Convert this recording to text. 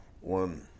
one